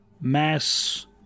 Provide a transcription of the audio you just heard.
mass